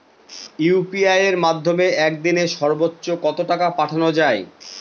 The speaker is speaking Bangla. ইউ.পি.আই এর মাধ্যমে এক দিনে সর্বচ্চ কত টাকা পাঠানো যায়?